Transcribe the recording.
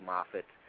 Moffat